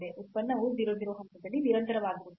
ಉತ್ಪನ್ನವು 0 0 ಹಂತದಲ್ಲಿ ನಿರಂತರವಾಗಿರುತ್ತದೆ